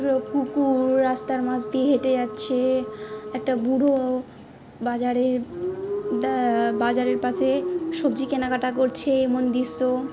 কুকুর রাস্তার মছ দিয়ে হেঁটে যাচ্ছে একটা বুড়ো বাজারে বাজারের পাশে সবজি কেনাকাটা করছে এমন দৃশ্য